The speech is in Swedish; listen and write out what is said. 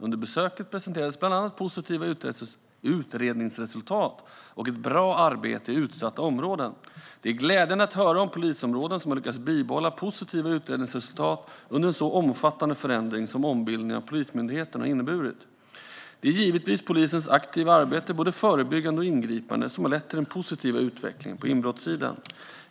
Under besöket presenterades bland annat positiva utredningsresultat och ett bra arbete i utsatta områden. Det är glädjande att höra om polisområden som har lyckats bibehålla positiva utredningsresultat under en så omfattande förändring som ombildningen av Polismyndigheten har inneburit. Det är givetvis polisens aktiva arbete, både förebyggande och ingripande, som har lett till den positiva utvecklingen på inbrottssidan.